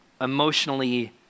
emotionally